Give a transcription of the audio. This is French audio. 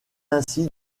ainsi